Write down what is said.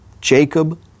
Jacob